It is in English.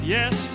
Yes